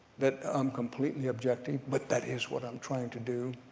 that i'm completely objective, but that is what i'm trying to do,